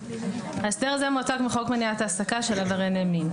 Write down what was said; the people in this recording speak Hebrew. ההסדר הזה מועתק מחוק מניעת העסקה של עברייני מין.